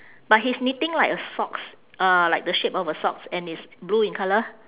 but he's knitting like a socks uh like the shape of a socks and it's blue in colour